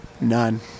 None